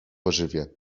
pożywię